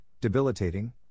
debilitating